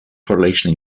correlation